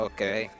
Okay